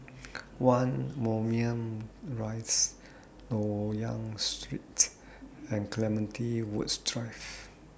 one Moulmein Rise Loyang Street and Clementi Woods Drive